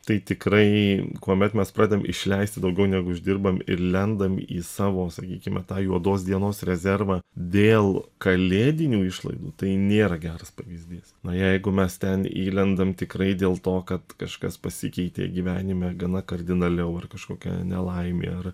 tai tikrai kuomet mes pradedam išleisti daugiau negu uždirbam ir lendam į savo sakykime tą juodos dienos rezervą dėl kalėdinių išlaidų tai nėra geras pavyzdys na jeigu mes ten įlendam tikrai dėl to kad kažkas pasikeitė gyvenime gana kardinaliau ar kažkokia nelaimė ar